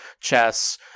chess